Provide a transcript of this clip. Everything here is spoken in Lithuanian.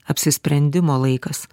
apsisprendimo laikas